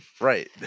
right